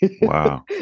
Wow